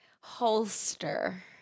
holster